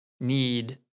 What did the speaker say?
need